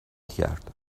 کرد